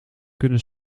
kunnen